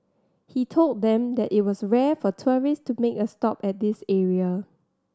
he told them that it was rare for tourist to make a stop at this area